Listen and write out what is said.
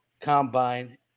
combine